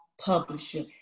publisher